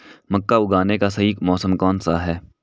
मक्का उगाने का सही मौसम कौनसा है?